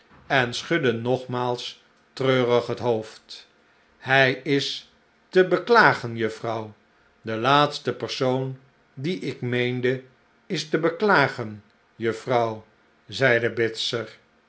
en schudde nogmaals treurig het hoofd hi is te beklagen juffrouw de laatste persoon dien ik meende is te beklagen juffrouw zeide bitzer